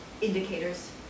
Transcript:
indicators